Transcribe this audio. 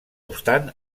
obstant